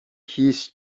his